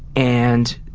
and,